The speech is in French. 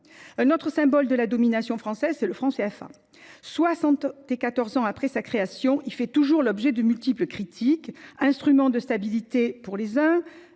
Un autre symbole de la domination française est le franc CFA. Soixante quatorze ans après sa création, il fait toujours l’objet de multiples critiques : instrument de stabilité pour les uns,